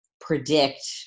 predict